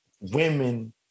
women